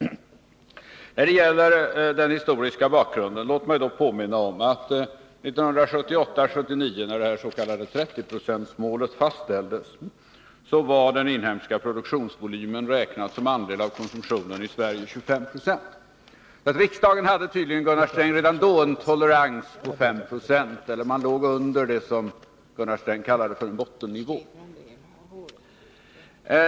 Låt mig när det gäller den historiska bakgrunden påminna om att 1978/79 när det s.k. 30-procentiga målet fastställdes var den inhemska produktionsvolymen räknad som andel av konsumtionen i Sverige 25 90. Men riksdagen hade tydligen redan då en tolerans på 5 procentenheter, eller man låg under det som Gunnar Sträng kallade en bottennivå.